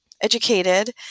educated